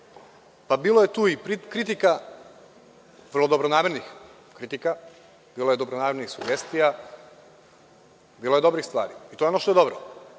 Pa, bilo je tu i kritika, vrlo dobronamernih kritika, bilo je dobronamernih sugestija, bilo je dobrih stvari, i to je ono što je dobro. Ono